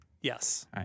Yes